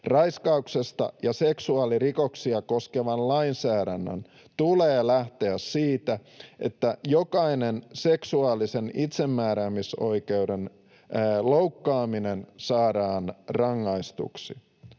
Raiskauksia ja seksuaalirikoksia koskevan lainsäädännön tulee lähteä siitä, että jokainen seksuaalisen itsemääräämisoikeuden loukkaaminen saadaan rangaistuksi.